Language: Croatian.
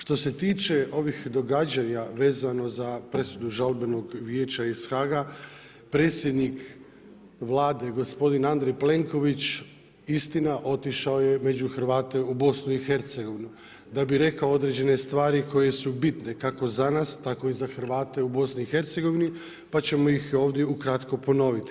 Što se tiče ovih događanja vezano za presudu žalbenog vijeća iz HAG-a, predsjednik Vlade, gospodin Andrej Plenković, istina je otišao među Hrvate u BIH, da bi rekao određene stvari koje su bitne, kako za nas, tako i za Hrvate u BIH, pa ćemo ovdje ukratko ponoviti.